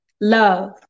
Love